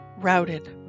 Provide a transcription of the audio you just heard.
routed